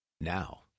Now